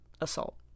assault